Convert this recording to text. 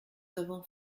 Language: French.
avons